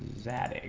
that